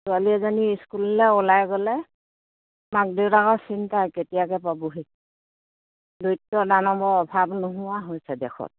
ছোৱালী এজনী স্কুললৈ ওলাই গ'লে মাক দেউতাকৰ চিন্তাই কেতিয়াকৈ পাবহি দৈত্য় দানৱৰ অভাৱ নোহোৱা হৈছে দেশত